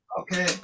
Okay